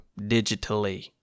digitally